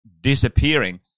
disappearing